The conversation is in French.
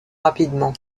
rapidement